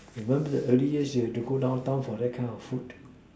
remember the early years you have to go downtown for that kind of food